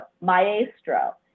maestro